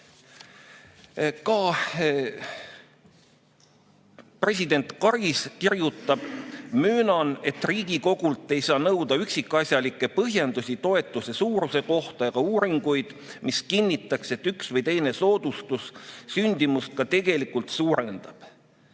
Ka president Karis kirjutab: "Möönan, et riigikogult ei saa nõuda üksikasjalikke põhjendusi toetuse suuruse kohta ega uuringuid, mis kinnitaks, et üks või teine soodustus sündimust ka tegelikult suurendab.